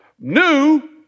New